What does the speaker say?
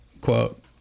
quote